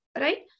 right